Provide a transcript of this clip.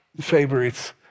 favorites